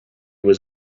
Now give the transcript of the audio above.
was